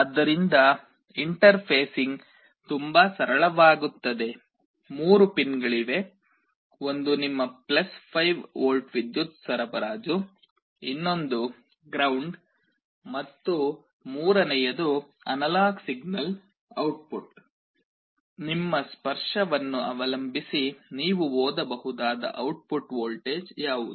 ಆದ್ದರಿಂದ ಇಂಟರ್ಫೇಸಿಂಗ್ ತುಂಬಾ ಸರಳವಾಗುತ್ತದೆ ಮೂರು ಪಿನ್ಗಳಿವೆ ಒಂದು ನಿಮ್ಮ 5 ವೋಲ್ಟ್ ವಿದ್ಯುತ್ ಸರಬರಾಜು ಇನ್ನೊಂದು ಗ್ರೌಂಡ್ ಮತ್ತು ಮೂರನೆಯದು ಅನಲಾಗ್ ಸಿಗ್ನಲ್ ಔಟ್ಪುಟ್ ನಿಮ್ಮ ಸ್ಪರ್ಶವನ್ನು ಅವಲಂಬಿಸಿ ನೀವು ಓದಬಹುದಾದ ಔಟ್ಪುಟ್ ವೋಲ್ಟೇಜ್ ಯಾವುದು